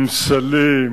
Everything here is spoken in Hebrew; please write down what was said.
עם סלים,